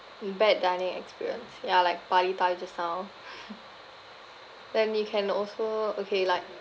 mm bad dining experience ya like bali thai just now then we can also okay like